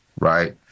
right